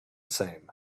same